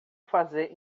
fazer